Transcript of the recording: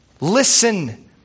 Listen